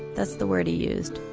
that's the word he used,